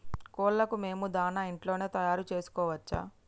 కోళ్లకు మేము దాణా ఇంట్లోనే తయారు చేసుకోవచ్చా?